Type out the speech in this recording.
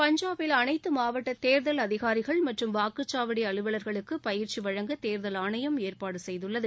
பஞ்சாப்பில் அனைத்து மாவட்ட தேர்தல் அதிகாரிகள் மற்றும் வாக்குச்சாவடி அலுவலர்களுக்கு பயிற்சி வழங்க தேர்தல் ஆணையம் ஏற்பாடு செய்துள்ளது